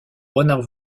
renard